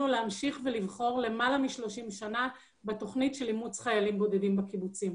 להמשיך ולבחור למעלה מ-30 שנה בתוכנית של אימוץ חיילים בודדים בקיבוצים.